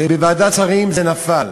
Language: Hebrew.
ובוועדת השרים זה נפל.